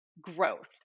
growth